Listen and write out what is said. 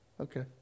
Okay